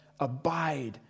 Abide